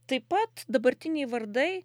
taip pat dabartiniai vardai